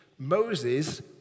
Moses